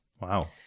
Wow